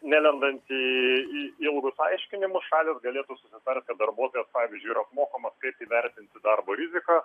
nelendant į į ilgus aiškinimus šalys galėtų susitart kad darbuotojas pavyzdžiui yra apmokomas kaip įvertinti darbo riziką